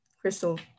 Crystal